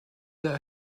that